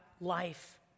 life